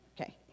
Okay